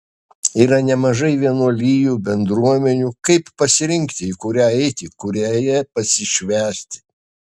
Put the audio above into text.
yra nemažai vienuolijų bendruomenių kaip pasirinkti į kurią eiti kurioje pasišvęsti